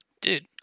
Dude